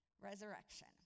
resurrection